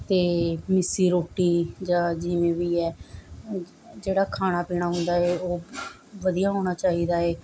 ਅਤੇ ਮਿੱਸੀ ਰੋਟੀ ਜਾਂ ਜਿਵੇਂ ਵੀ ਹੈ ਜਿਹੜਾ ਖਾਣਾ ਪੀਣਾ ਹੁੰਦਾ ਏ ਉਹ ਵਧੀਆ ਹੋਣਾ ਚਾਹੀਦਾ ਏ